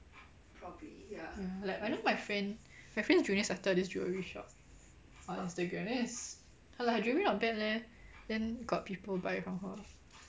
like I know my friend my friend's junior started this jewellery shop on instagram then it's like her jewellery not bad leh then got people buy from her